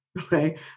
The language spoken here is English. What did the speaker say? Okay